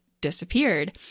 disappeared